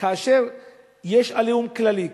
כאשר יש היום "עליהום" כללי,